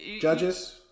Judges